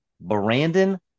Brandon